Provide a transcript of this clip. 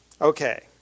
Okay